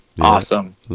awesome